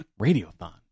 Radiothon